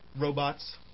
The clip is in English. robots